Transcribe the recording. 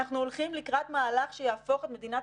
אנחנו הולכים לקראת מהלך שיהפוך את מדינת